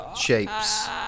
shapes